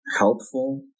Helpful